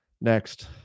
Next